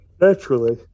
Naturally